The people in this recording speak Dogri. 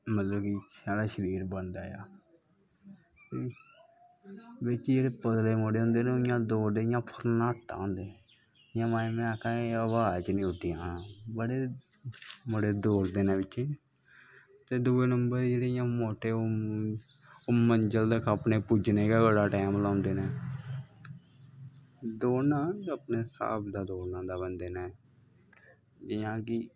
मतलव कि साढ़ा शरीर बनदा ऐ ते बिच्च जेह्ड़े पतले मुड़े होंदे ना ओह् दौड़दे इयां फरनाटा होंदे इयां में आक्खना हवा च नी उड्डी जान बड़े मुड़े दौड़दे न बिच्च ते दुए नंबर जेह्के इयां मोटे ओह् मंजल तक अपने पुज्जने गै बड़ा टैम लांदे नै दौड़ना अपने हिसाव दा दौड़ना होंदा ऐ बंदे नै जियां कि